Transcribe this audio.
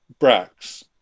Brax